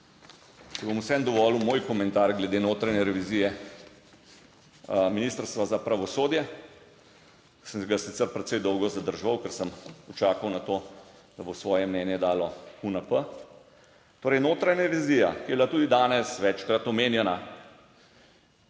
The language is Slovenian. Si bom vseeno dovolil moj komentar glede notranje revizije Ministrstva za pravosodje. Sem ga sicer precej dolgo zadrževal, ker sem čakal na to, da bo svoje mnenje dalo UNP. Torej, notranja revizija, ki je bila tudi danes večkrat omenjena,